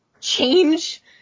change